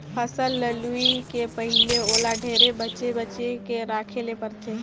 फसल ल लूए के पहिले ओला ढेरे बचे बचे के राखे ले परथे